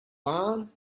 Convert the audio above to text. barn